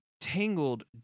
tangled